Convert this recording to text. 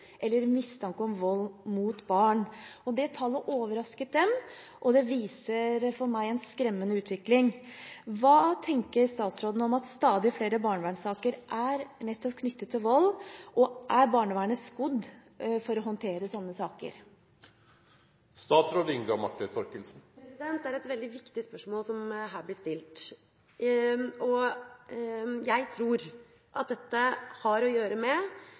eller mistanke om vold mot barn. Det tallet overrasket dem, og det viser meg at det er en skremmende utvikling. Hva tenker statsråden om at stadig flere barnevernssaker nettopp er knyttet til vold? Er barnevernet skodd for å håndtere slike saker? Det er et veldig viktig spørsmål som blir stilt her. Jeg tror at dette har å gjøre med